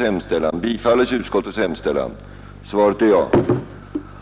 hemställan.